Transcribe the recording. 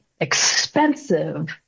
expensive